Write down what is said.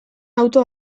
auto